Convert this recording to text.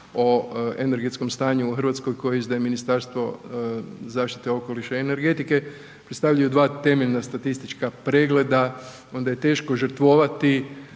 o energetskom stanju u Hrvatskoj koju izdaje Ministarstvo zaštite okoliša i energetike predstavljaju dva temeljna statistička pregleda onda je teško žrtvovati